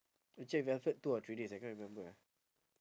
you check with alfred two or three days I cannot remember ah